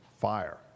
fire